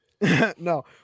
No